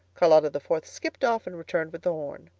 charlotta the fourth skipped off and returned with the horn.